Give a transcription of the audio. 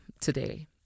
today